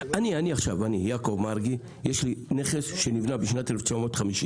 אני עכשיו יעקב מרגי, יש לי נכס שנבנה ב-1960.